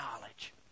knowledge